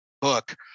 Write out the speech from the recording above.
book